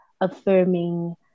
affirming